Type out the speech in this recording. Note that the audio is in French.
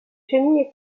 chenilles